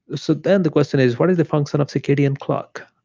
so then the question is, what is the function of circadian clock?